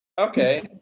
Okay